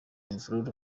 imvururu